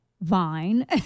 vine